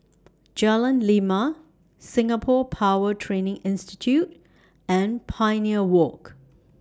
Jalan Lima Singapore Power Training Institute and Pioneer Walk